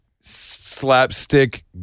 slapstick